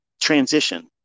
transition